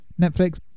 Netflix